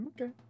Okay